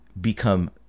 become